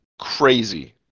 crazy